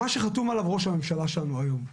מה שחתום עליו ראש הממשלה שלנו היום.